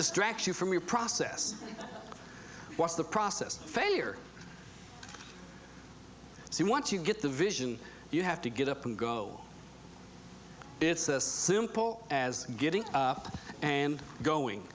distracts you from your process what's the process failure see once you get the vision you have to get up and go it's as simple as getting up and going